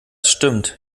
stimmt